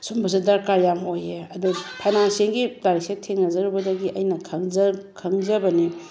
ꯁꯨꯝꯕꯁꯨ ꯗꯔꯀꯥꯔ ꯌꯥꯝ ꯑꯣꯏꯌꯦ ꯑꯗꯨ ꯐꯥꯏꯅꯥꯟꯁꯤꯑꯦꯜꯒꯤ ꯂꯥꯏꯔꯤꯛꯁꯦ ꯊꯦꯡꯅꯖꯔꯨꯕꯗꯒꯤ ꯑꯩꯅ ꯈꯪꯖꯕꯅꯦ